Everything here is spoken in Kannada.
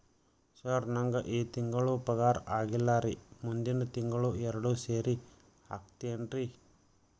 ಸರ್ ನಂಗ ಈ ತಿಂಗಳು ಪಗಾರ ಆಗಿಲ್ಲಾರಿ ಮುಂದಿನ ತಿಂಗಳು ಎರಡು ಸೇರಿ ಹಾಕತೇನ್ರಿ